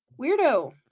weirdo